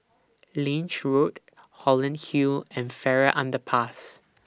Lange Road Holland Hill and Farrer Underpass